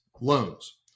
loans